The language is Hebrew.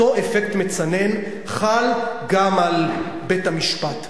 אותו אפקט מצנן חל גם על בית-המשפט.